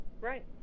right